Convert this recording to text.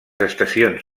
estacions